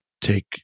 take